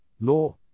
Law